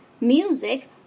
music